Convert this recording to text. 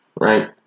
right